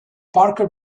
parker